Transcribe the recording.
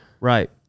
Right